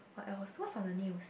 but I was watch on the news